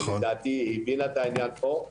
לדעתי היא הבינה את העניין פה.